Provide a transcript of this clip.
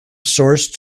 source